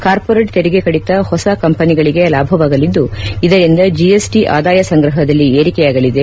corporate ತೆರಿಗೆ ಕಡಿತ ಹೊಸ ಕಂಪನಿಗಳಿಗೆ ಲಾಭವಾಗಲಿದ್ದು ಇದರಿಂದ ಜಿಎಸ್ಟಿ ಆದಾಯ ಸಂಗ್ರಹದಲ್ಲಿ ಏರಿಕೆಯಾಗಲಿದೆ